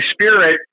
Spirit